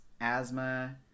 asthma